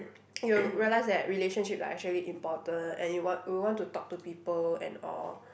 you will realise that relationship like actually important and you want will want to talk to people and all